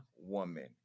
woman